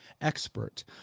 expert